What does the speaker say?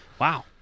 wow